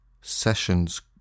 sessions